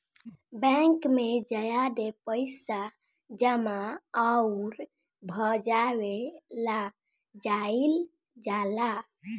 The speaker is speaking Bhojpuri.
बैंक में ज्यादे पइसा जमा अउर भजावे ला जाईल जाला